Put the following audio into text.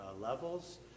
levels